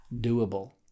doable